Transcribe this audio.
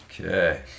Okay